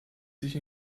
sich